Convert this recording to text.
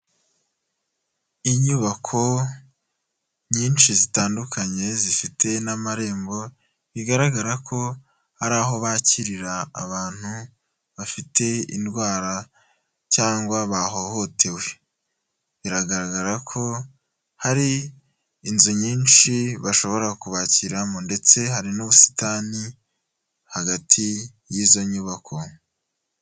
Inyubako nyinshi zitandukanye zifite amarembo hakaba hari aho bakirira abantu bafite indwara cyangwa bahohotewe byumvikana ko hari inzu nyinshi bashobora kubakiramo ndetse hari n'ubusitani hagati y'izo nyubako.